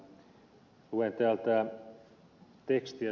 luen täältä tekstiä